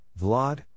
Vlad